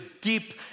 deep